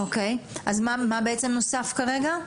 אוקיי, אז מה בעצם נוסף כרגע?